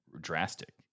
drastic